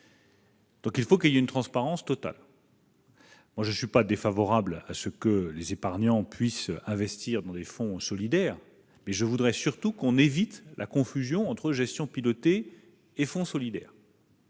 dit, il faut une transparence totale. Je ne suis pas défavorable à ce que les épargnants puissent investir dans des fonds solidaires, mais je voudrais surtout que l'on évite la confusion entre gestion pilotée et investissement